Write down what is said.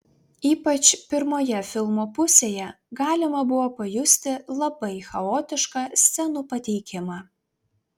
ypač pirmoje filmo pusėje galima buvo pajusti labai chaotišką scenų pateikimą